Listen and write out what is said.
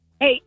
Hey